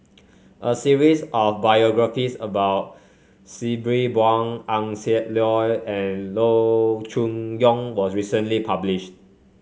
a series of biographies about Sabri Buang Eng Siak Loy and Loo Choon Yong was recently published